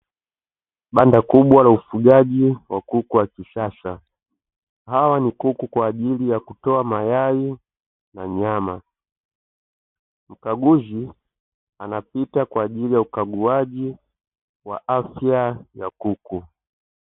Banda kubwa la ufugaji wa kuku wa kisasa ,hawa ni kuku kwa ajili ya kutoa mayai na nyama ,mkaguzi anapita kwa ajili ya ukaguaji wa afya ya kuku.